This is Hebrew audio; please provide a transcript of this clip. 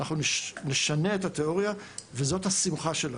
אנחנו נשנה את התאוריה וזאת השמחה שלנו.